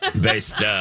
Based